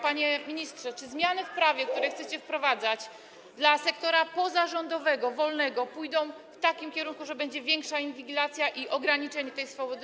Panie ministrze, czy zmiany w prawie, które chcecie wprowadzać dla sektora pozarządowego, wolnego, pójdą w takim kierunku, że będzie większa inwigilacja i ograniczenie tej swobody?